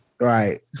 Right